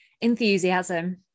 enthusiasm